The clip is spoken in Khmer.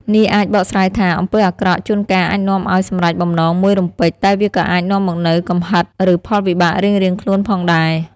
នេះអាចបកស្រាយថា អំពើអាក្រក់ជួនកាលអាចនាំឲ្យសម្រេចបំណងមួយរំពេច តែវាក៏អាចនាំមកនូវកំហិត ឬផលវិបាករៀងៗខ្លួនផងដែរ។